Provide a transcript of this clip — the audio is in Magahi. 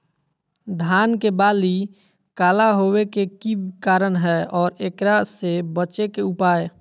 धान के बाली काला होवे के की कारण है और एकरा से बचे के उपाय?